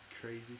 crazy